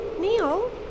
Neil